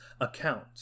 account